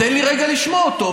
תן לי רגע לשמוע אותו,